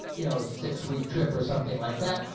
you know, six-week trip or something like that,